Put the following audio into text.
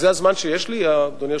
זה הזמן שיש לי, אדוני היושב-ראש?